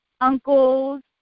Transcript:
uncles